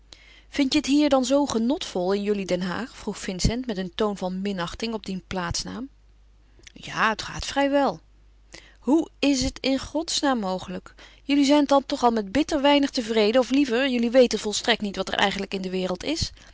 vindt je het hier dan zoo genotvol in jullie den haag vroeg vincent met een toon van minachting op dien plaatsnaam ja het gaat vrij wel hoe is het in godsnaam mogelijk jullie zijn dan toch al met bitter weinig tevreden of liever jullie weten volstrekt niet wat er eigenlijk in de wereld is